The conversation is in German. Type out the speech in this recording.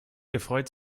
gefreut